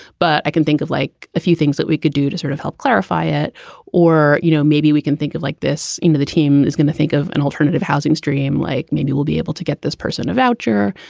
but i can think of like a few things that we could do to sort of help clarify it or, you know, maybe we can think you'd like this. know the team is going to think of an alternative housing stream, like maybe we'll be able to get this person a voucher.